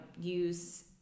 use